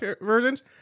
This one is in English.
versions